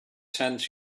sends